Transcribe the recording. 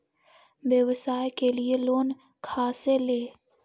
व्यवसाय के लिये लोन खा से ले?